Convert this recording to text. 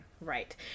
Right